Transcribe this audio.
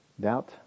doubt